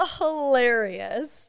hilarious